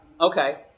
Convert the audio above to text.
Okay